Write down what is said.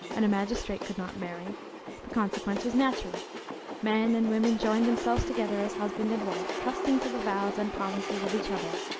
and a magistrate could not marry the consequence was natural men and woman joined themselves together as husband and wife, trusting to the vows and promises of each other.